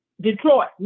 Detroit